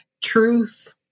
Truth